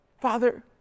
Father